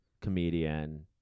comedian